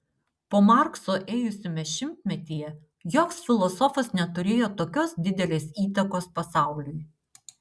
po markso ėjusiame šimtmetyje joks filosofas neturėjo tokios didelės įtakos pasauliui